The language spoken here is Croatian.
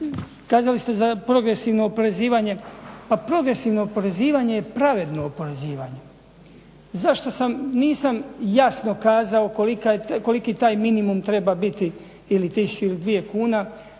Kazali ste za progresivno oporezivanje, pa progresivno oporezivanje je pravedno oporezivanje. Nisam jasno kazao koliki taj minimum treba biti ili tisuću ili dvije kuna,